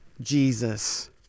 Jesus